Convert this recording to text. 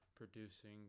Producing